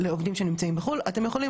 כמעט כל העובדים שמגיעים היום,